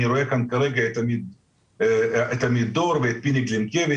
אני רואה כאן כרגע את אמיר דור ואת פיני גלינקביץ',